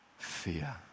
fear